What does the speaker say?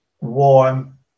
warm